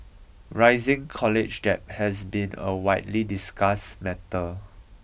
rising college debt has been a widely discussed matter